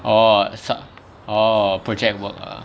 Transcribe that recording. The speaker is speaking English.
orh sub~ orh project work ah